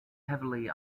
heavily